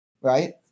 Right